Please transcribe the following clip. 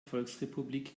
volksrepublik